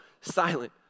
silent